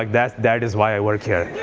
like that that is why i work here.